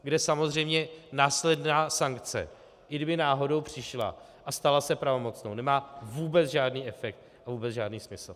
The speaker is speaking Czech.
Kde samozřejmě následná sankce i kdyby náhodou přišla a stala se pravomocnou, nemá vůbec žádný efekt a vůbec žádný smysl.